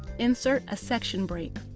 insert a section break.